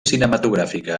cinematogràfica